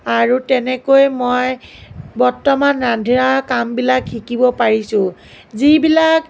আৰু তেনেকৈ মই বৰ্তমান ৰন্ধা কামবিলাক শিকিব পাৰিছোঁ যিবিলাক